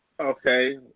Okay